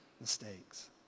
mistakes